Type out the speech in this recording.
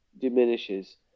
diminishes